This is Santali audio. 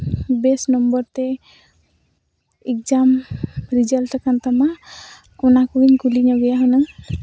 ᱵᱮᱥ ᱱᱚᱢᱵᱚᱨ ᱛᱮ ᱮᱠᱡᱟᱢ ᱨᱮᱡᱟᱞᱴ ᱟᱠᱟᱱ ᱛᱟᱢᱟ ᱚᱱᱟ ᱠᱚᱦᱚᱧ ᱠᱩᱞᱤ ᱧᱚᱜᱮᱭᱟ ᱦᱩᱱᱟᱹᱝ